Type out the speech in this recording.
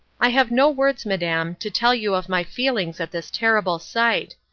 i have no words, madam, to tell you of my feelings at this terrible sight.